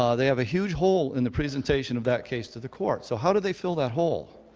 um they have a huge hole in the presentation of that case to the court. so how do they fill that hole?